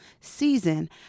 season